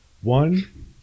One